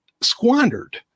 squandered